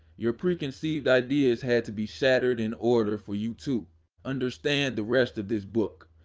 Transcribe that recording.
your preconceived ideas had to be shattered in order for you to understand the rest of this book.